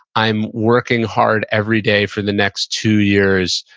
i'm working hard every day for the next two years,